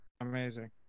Amazing